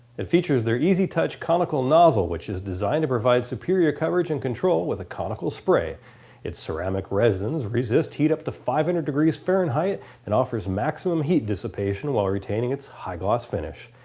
it features their easy touch conical nozzle which is designed to provide superior coverage and control with a conical spray its ceramic resins resist heat up to five hundred degrees farenheight and offers maximum heat dissipation while retaining its high gloss finish.